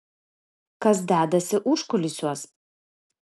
kas dedasi užkulisiuos